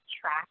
track